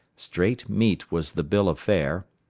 straight meat was the bill of fare,